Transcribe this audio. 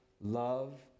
love